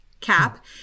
Cap